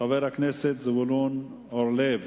חבר הכנסת זבולון אורלב,